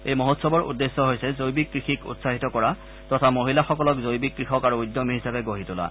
এই মহোৎসৱৰ উদ্দেশ্যে হৈছে জৈৱিক কৃষিক উৎসাহিত কৰা তথা মহিলাসকলক জৈৱিক কৃষক আৰু উদ্যমী হিচাপে গঢ়ি তোলাৰ